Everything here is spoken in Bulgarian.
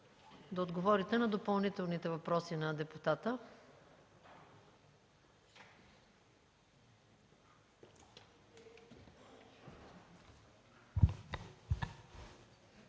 да отговорите на допълнителните въпроси на депутата.